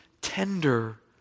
tender